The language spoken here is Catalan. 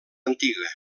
antiga